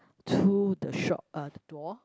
to the shop uh the door